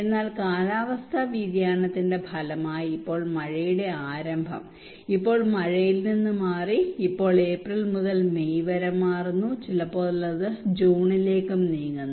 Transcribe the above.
എന്നാൽ കാലാവസ്ഥാ വ്യതിയാനത്തിന്റെ ഫലമായി ഇപ്പോൾ മഴയുടെ ആരംഭം ഇപ്പോൾ മഴയിൽ നിന്ന് മാറി ഇപ്പോൾ ഏപ്രിൽ മുതൽ മെയ് വരെ മാറുന്നു ചിലപ്പോൾ അത് ജൂണിലേക്കും നീങ്ങുന്നു